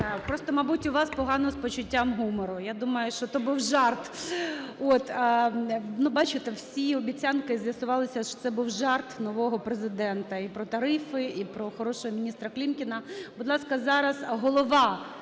Просто, мабуть, у вас погано з почуттям гумору. Я думаю, що то був жарт. Бачите, всі обіцянки, з'ясувалося, що це був жарт нового Президента: і про тарифи, і про хорошого міністра Клімкіна. Будь ласка, зараз голова